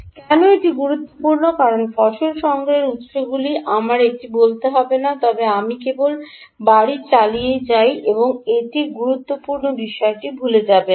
কেন এটি গুরুত্বপূর্ণ কারণ ফসল সংগ্রহের উত্সগুলি আমার এটি বলতে হবে না তবে আমি কেবল বাড়ি চালাতে চাই যে আপনি এই গুরুত্বপূর্ণ বিষয়টি ভুলে যাবেন না